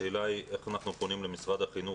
השאלה היא איך אנחנו פונים למשרד החינוך